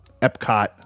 Epcot